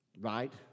right